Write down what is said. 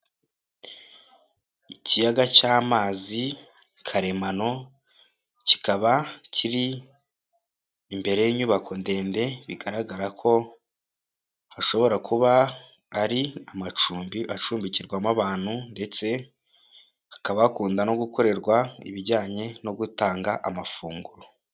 Ikiyaga cy'amazi karemano kikaba kiri imbere y'inyubako ndende bigaragara ko hashobora kuba ari amacumbi acumbikirwamo abantu ndetse hakabakunda no gukorerwa ibijyanye no gutanga amafunguro.